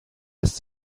lässt